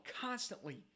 constantly